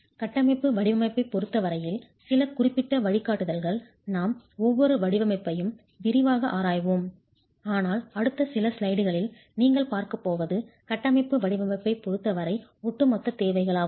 கட்டமைப்பு வடிவமைப்பைப் பொறுத்த வரையில் சில குறிப்பிட்ட வழிகாட்டுதல்கள் நாம் ஒவ்வொரு வடிவமைப்பையும் விரிவாக ஆராய்வோம் ஆனால் அடுத்த சில ஸ்லைடுகளில் நீங்கள் பார்க்கப் போவது கட்டமைப்பு வடிவமைப்பைப் பொறுத்த வரை ஒட்டுமொத்தத் தேவைகளாகும்